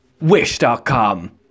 wish.com